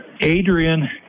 Adrian